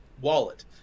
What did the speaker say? wallet